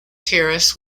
terrace